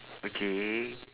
okay